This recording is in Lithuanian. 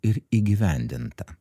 ir įgyvendinta